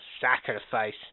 sacrifice